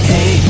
Hey